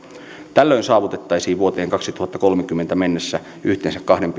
tällöin saavutettaisiin vuoteen kaksituhattakolmekymmentä mennessä yhteensä kahden